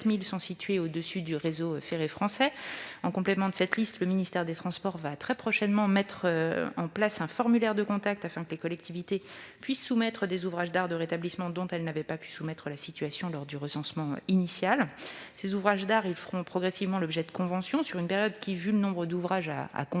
4 000 sont situés au-dessus du réseau ferré français. En complément de cette liste, le ministère des transports va très prochainement mettre en place un formulaire de contact, afin que les collectivités puissent soumettre des ouvrages d'art de rétablissement dont elle n'avait pas pu soumettre la situation lors du recensement initial. Ces ouvrages d'art feront progressivement l'objet de conventions sur une période qui, en raison du nombre d'ouvrages à conventionner,